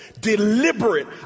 deliberate